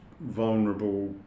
vulnerable